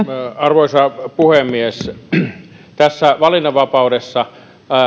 arvoisa puhemies tässä valinnanvapaudessa